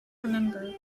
remember